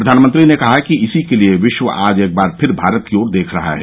प्रधानमंत्री ने कहा कि इसी के लिए विश्व आज एक बार फिर भारत की ओर देख रहा है